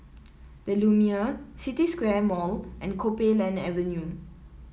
the Lumiere City Square Mall and Copeland Avenue